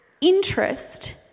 interest